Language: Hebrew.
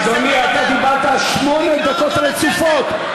אדוני, אתה דיברת שמונה דקות רצופות.